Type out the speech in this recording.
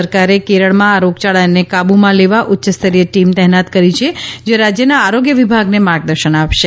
સરકારે કેરળમાં આ રોગયાળાને કાબૂમાં લેવા ઉચ્ય સ્તરીય ટીમ તહેનાત કરી છે જે રાજ્યના આરોગ્ય વિભાગને માર્ગદર્શન આપશે